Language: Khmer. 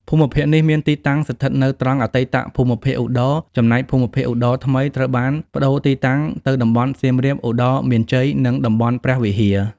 ភូមិភាគនេះមានទីតាំងស្ថិតនៅ ត្រង់អតីតភូមិភាគឧត្តរ ចំណែកភូមិភាគឧត្តរថ្មីត្រូវបានប្តូរទីតាំងទៅតំបន់សៀមរាប-ឧត្តរមានជ័យ និងតំបន់ព្រះវិហារ។